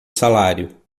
salário